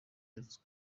yavuzwe